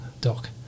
doc